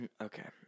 okay